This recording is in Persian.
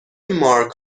مارک